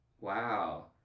Wow